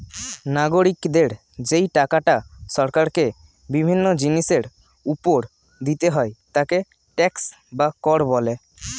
নাগরিকদের যেই টাকাটা সরকারকে বিভিন্ন জিনিসের উপর দিতে হয় তাকে ট্যাক্স বা কর বলে